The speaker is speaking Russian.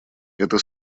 эта